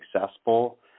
successful